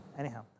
Anyhow